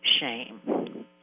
shame